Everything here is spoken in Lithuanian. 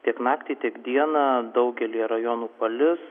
tiek naktį tiek dieną daugelyje rajonų palis